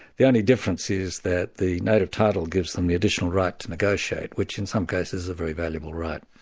the only difference is that the native title gives them the additional right to negotiate which in some cases is a very valuable right.